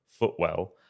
footwell